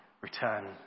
return